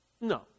No